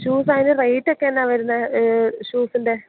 shoes അതിന് റേറ്റൊക്കെ എന്നതാണ് വരുന്നത് ഷൂസിൻ്റെ